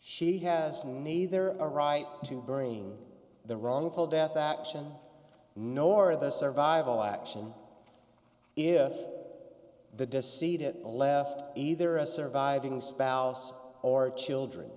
she has neither the right to bring the wrongful death action nor the survival action if the deceit had left either a surviving spouse or children